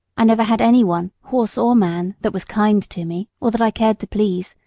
i never had any one, horse or man, that was kind to me, or that i cared to please,